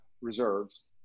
reserves